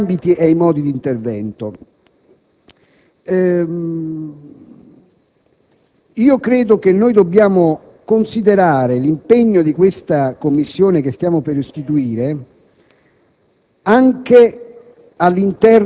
Un'ulteriore osservazione riguarda gli ambiti e i modi di intervento. Credo che dobbiamo considerare l'impegno di questa Commissione che stiamo per istituire